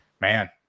man